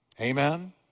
Amen